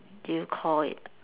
do you call it